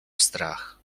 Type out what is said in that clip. strach